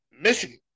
Michigan